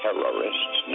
Terrorists